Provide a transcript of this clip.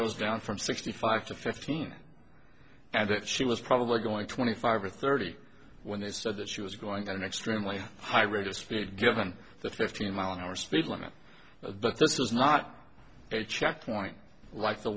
goes down from sixty five to fifteen and that she was probably going to twenty five or thirty when they said that she was going an extremely high rate of speed given the fifteen mile an hour speed limit of but this is not a checkpoint like the